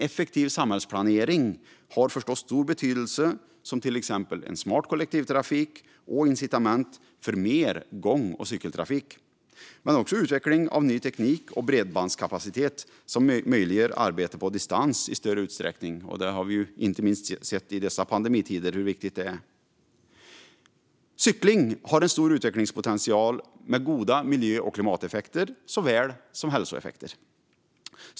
Effektiv samhällsplanering har förstås stor betydelse, till exempel smart kollektivtrafik och incitament för mer gång och cykeltrafik men också utveckling av ny teknik och bredbandskapacitet som möjliggör arbete på distans i större utsträckning. Vi har ju sett i dessa pandemitider hur viktigt det är. Cykling har stor utvecklingspotential med goda miljö och klimateffekter såväl som hälsoeffekter.